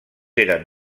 eren